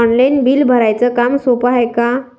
Online bill भराच काम सोपं हाय का?